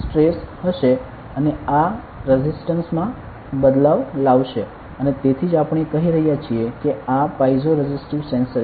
stress હશે અને આ રેઝિસ્ટન્સ માં બદલાવ લાવશે અને તેથી જ આપણે કહી રહ્યા છીએ કે આ પાઇઝો રેઝિસ્ટિવ સેન્સર છે